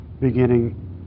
beginning